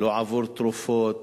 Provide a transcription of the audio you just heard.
לא עבור תרופות,